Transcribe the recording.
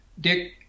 Dick